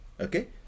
okay